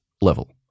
level